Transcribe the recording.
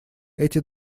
эти